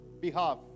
behalf